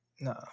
no